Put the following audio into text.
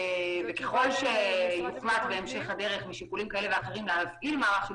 ככל שיוחלט בהמשך הדרך משיקולים כאלה ואחרים להפעיל מערך של